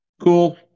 cool